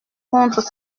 contre